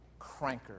cranker